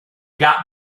got